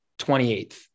28th